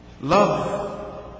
Love